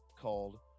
called